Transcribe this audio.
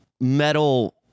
metal